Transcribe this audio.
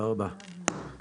הישיבה ננעלה בשעה